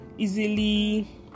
easily